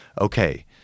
okay